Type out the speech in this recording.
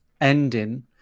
ending